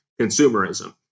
consumerism